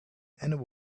and